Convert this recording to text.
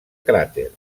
cràter